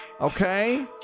okay